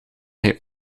hij